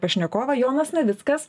pašnekovą jonas navickas